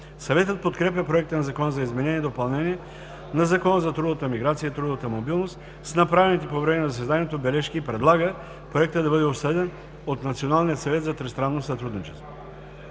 Съветът подкрепя Проекта на Закон за изменение и допълнение на Закона за трудовата миграция и трудовата мобилност с направените по време на заседанието бележки и предлага Проектът да бъде обсъден от Националния съвет за тристранно сътрудничество.